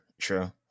true